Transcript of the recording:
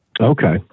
Okay